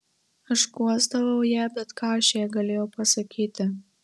aš guosdavau ją bet ką aš jai galėjau pasakyti